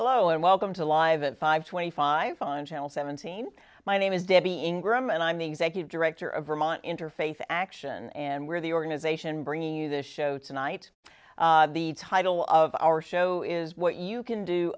hello and welcome to live at five twenty five on channel seventeen my name is debbie ingram and i'm the executive director of vermont interfaith action and we're the organization bringing you this show tonight the title of our show is what you can do